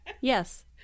Yes